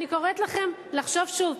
אני קוראת לכם לחשוב שוב.